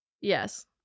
Yes